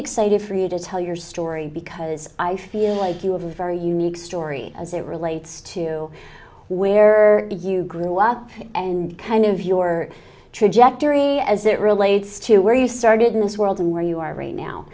excited for you to tell your story because i feel like you have a very unique story as it relates to where you grew up and kind of your trajectory as it relates to where you started in this world and where you are right now